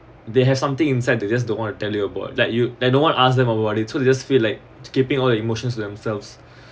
they have something inside they just don't want to tell you about that you they don't want ask them or what he told you just feel like to keeping all the emotions themselves